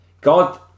God